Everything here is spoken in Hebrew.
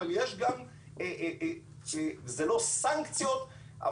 אין בזה סנקציות,